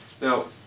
Now